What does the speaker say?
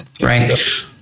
Right